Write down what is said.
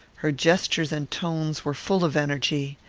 her gestures and tones were full of energy.